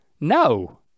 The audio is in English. No